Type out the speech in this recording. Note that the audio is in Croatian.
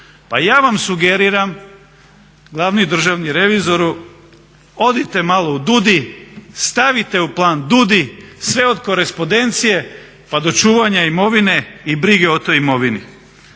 Pa ja vam sugeriram, glavni državni revizoru, odite malo u DUUDI, stavite u plan DUUDI, sve od korespondencije pa do čuvanja imovine i brige o toj imovini.